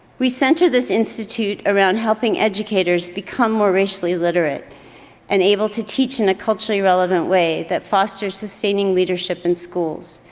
we center this institute around helping educators become more racially literate and able to teach in a culturally relevant way that fosters sustaining leadership in schools.